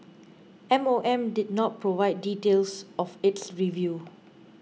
M O M did not provide details of its review